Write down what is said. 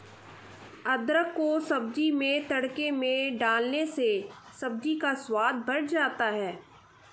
अदरक को सब्जी में तड़के में डालने से सब्जी का स्वाद बढ़ जाता है